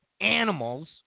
animals